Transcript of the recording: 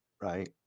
Right